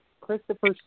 Christopher